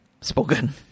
spoken